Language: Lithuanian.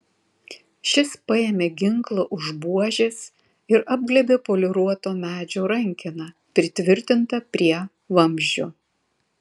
šis paėmė ginklą už buožės ir apglėbė poliruoto medžio rankeną pritvirtintą prie vamzdžio